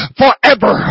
forever